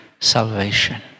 salvation